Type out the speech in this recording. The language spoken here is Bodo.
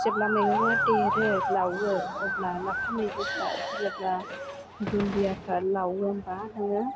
जेब्ला मैगङा देरो लावो अब्ला लाफा मैगंफ्रा मुलाफ्रा दुन्डियाफ्रा लावो होमबा नोङो